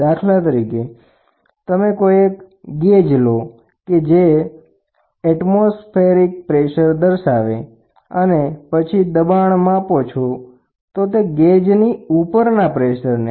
દાખલા તરીકે તમે કોઈ એક ગેજ લો છો અને પછી દબાણ માપવાનો પ્રયત્ન કરો છો તો પછી તે વાતાવરણીય દબાણથી ઉપર છે